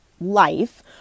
life